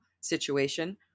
situation